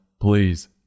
please